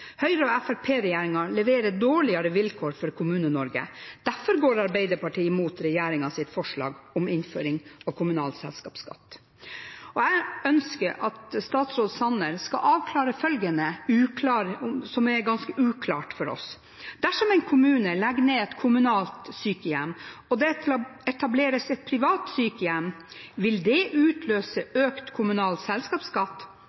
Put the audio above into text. leverer dårligere vilkår for Kommune-Norge. Derfor går Arbeiderpartiet imot regjeringens forslag om innføring av kommunal selskapsskatt. Jeg ønsker at statsråd Sanner skal avklare følgende, som er ganske uklart for oss: Dersom en kommune legger ned et kommunalt sykehjem og det etableres et privat sykehjem, vil det utløse økt kommunal selskapsskatt